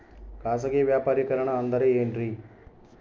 ಖಾಸಗಿ ವ್ಯಾಪಾರಿಕರಣ ಅಂದರೆ ಏನ್ರಿ?